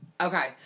Okay